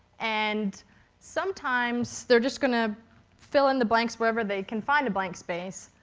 and sometimes they're just going to fill in the blanks wherever they can find a blank space,